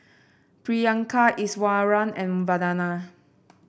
Priyanka Iswaran and Vandana